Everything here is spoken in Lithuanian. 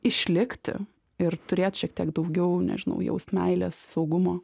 išlikti ir turėt šiek tiek daugiau nežinau jaust meilės saugumo